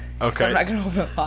Okay